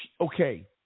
Okay